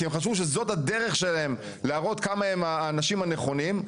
כי הם חשבו שזאת הדרך שלהם להראות כמה הם האנשים הנכונים.